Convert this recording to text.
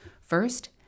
First